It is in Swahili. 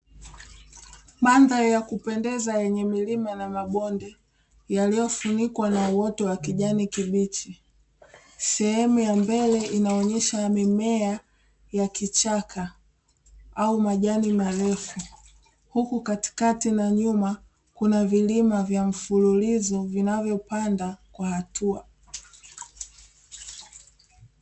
Mandhari ya kupendeza yenye milima na mabonde, yaliyofunikwa na uoto wa kijani kibichi, sehemu ya mbele inaonyesha mimea ya kichaka au majani marefu, huku katikati na nyuma kuna vilima vya mfululizo vinavyopanda kwa hatua.